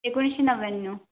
एकणीशे नव्याण्णव